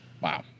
Wow